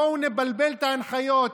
בואו נבלבל את ההנחיות,